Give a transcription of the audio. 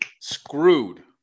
screwed